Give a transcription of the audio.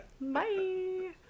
Bye